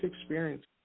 experience